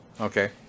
Okay